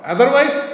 Otherwise